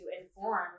inform